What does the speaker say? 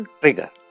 trigger